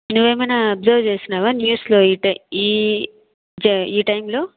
నువ్వేమైనా అబ్సర్వ్ చేసినావా న్యూస్లో ఈ టై ఈ ఈ టైంలో